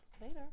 Later